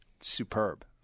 superb